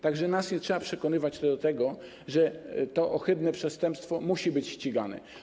Tak że nas nie trzeba przekonywać do tego, że to ohydne przestępstwo musi być ścigane.